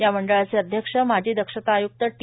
या मंडळाचे अध्यक्ष माजी दक्षता आय्क्त टि